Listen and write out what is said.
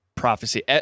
prophecy